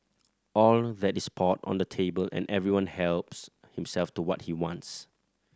all that is poured on the table and everyone helps himself to what he wants